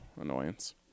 annoyance